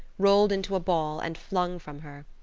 rolled into a ball, and flung from her.